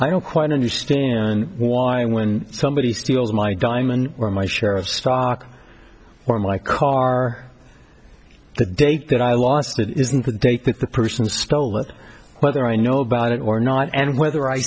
i don't quite understand why when somebody steals my diamond or my share of stock or my car the date that i lost it isn't the date that the person stole it whether i know about it or not and whether i